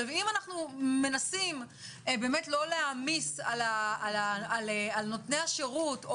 אם אנחנו מנסים באמת לא להעמיס על נותני השרות,